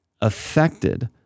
affected